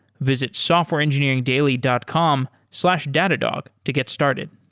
visit softwareengineeringdaily dot com slash datadog to get started.